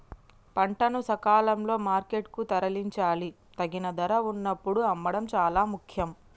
పంటను సకాలంలో మార్కెట్ కు తరలించాలి, తగిన ధర వున్నప్పుడు అమ్మడం చాలా ముఖ్యం